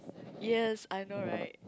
yes I know right